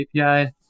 API